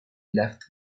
left